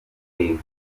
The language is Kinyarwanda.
hejuru